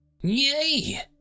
Yay